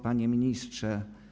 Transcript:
Panie Ministrze!